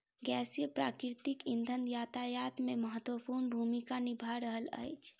गैसीय प्राकृतिक इंधन यातायात मे महत्वपूर्ण भूमिका निभा रहल अछि